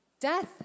Death